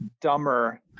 dumber